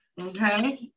Okay